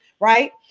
right